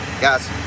guys